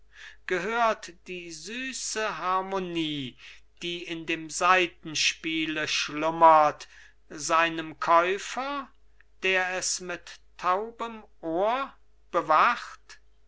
gehört die süße harmonie die in dem saitenspiele schlummert seinem käufer der es mit taubem ohr bewacht